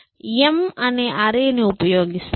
M అనే అరె ని ఉపయోగిస్తాం